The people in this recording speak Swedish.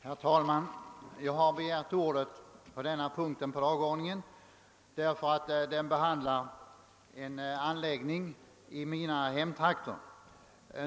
Herr talman! Jag har begärt ordet vid denna punkt på dagordningen därför att den behandlar en anläggning i mina hemtrakter.